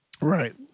Right